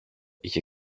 είχε